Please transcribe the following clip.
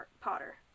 Potter